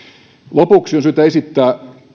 lopuksi on syytä esittää